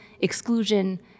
exclusion